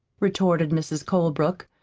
retorted mrs. colebrook,